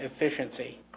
efficiency